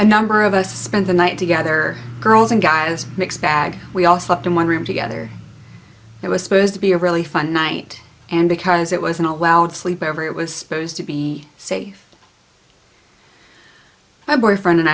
a number of us spent the night together girls and guys mixed bag we all slept in one room together it was supposed to be a really fun night and because it wasn't allowed to sleep ever it was supposed to be safe my boyfriend and